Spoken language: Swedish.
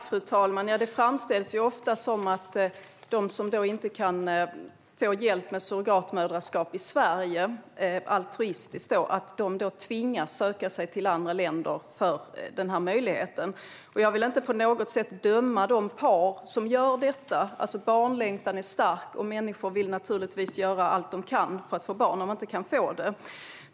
Fru talman! Det framställs ofta som att de som inte kan få hjälp med altruistiskt surrogatmoderskap i Sverige tvingas söka sig till andra länder för denna möjlighet. Jag vill inte på något sätt döma de par som gör detta. Barnlängtan är stark, och människor vill naturligtvis göra allt de kan för att få barn om de inte kan få det.